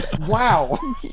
Wow